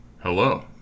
Hello